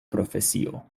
profesio